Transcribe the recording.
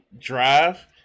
drive